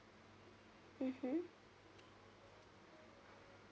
mmhmm